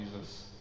Jesus